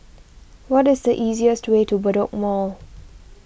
what is the easiest way to Bedok Mall